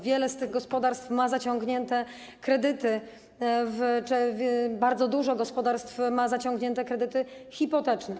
Wiele z tych gospodarstw ma zaciągnięte kredyty, bardzo dużo gospodarstw ma zaciągnięte kredyty hipoteczne.